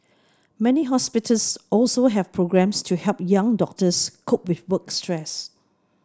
many hospitals also have programmes to help young doctors cope with work stress